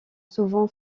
souvent